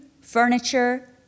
furniture